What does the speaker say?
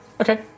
Okay